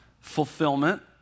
fulfillment